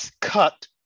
cut